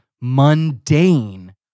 mundane